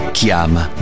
Chiama